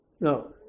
No